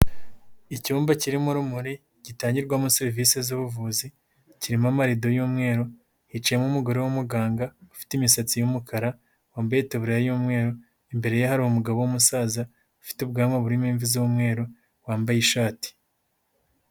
Icyumba kirimo urumuri, gitangirwamo serivise z'ubuvuzi, kirimo amararido y'umweru, hicayemo umugore w'umuganga ufite imisatsi y'umukara, wambaye itaburiya y'umweru, imbere ye hari umugabo w'umusaza ufite ubwanwa burimo imvi z'umweru, wambaye ishati.